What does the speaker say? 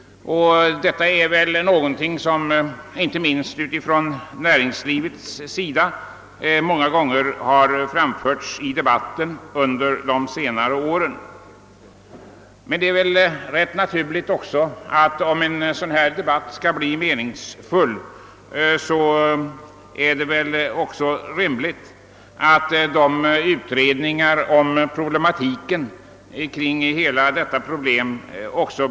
Detta är väl någonting som många gånger framförts i debatten under senare år, inte minst från närings livets sida. Men om en sådan här debatt skall bli meningsfull måste den omfatta också de utredningar om problematiken som gjorts.